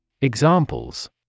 Examples